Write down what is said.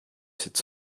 cette